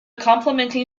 complementing